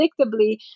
predictably